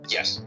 Yes